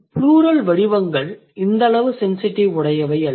plural வடிவங்கள் இந்தளவு sensitive உடையவை அல்ல